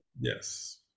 Yes